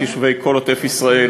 את יישובי כל עוטף-ישראל,